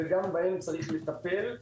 וגם בהם צריך לטפל.